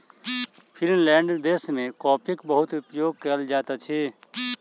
Finland देश में कॉफ़ीक बहुत उपयोग कयल जाइत अछि